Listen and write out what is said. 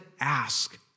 ask